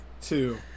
two